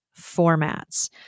formats